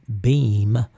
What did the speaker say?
beam